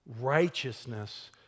righteousness